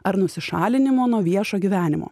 ar nusišalinimo nuo viešo gyvenimo